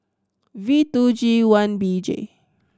V two G one B J